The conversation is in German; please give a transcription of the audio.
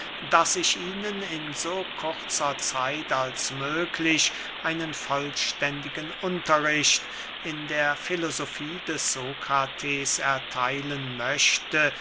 daß ich ihnen in so kurzer zeit als möglich einen vollständigen unterricht in der filosofie des sokrates ertheilen möchte